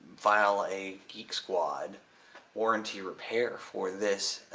file a geek squad warranty repair for this